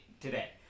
Today